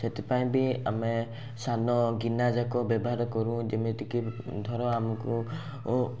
ସେଥିପାଇଁ ବି ଆମେ ସାନ ଗିନା ଯାକ ବ୍ୟବହାର କରୁ ଯେମିତିକି ଧର ଆମକୁ